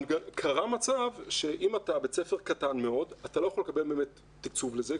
קרה מצב שאם אתה בית ספר קטן מאוד אתה לא יכול לקבל באמת תקצוב לזה,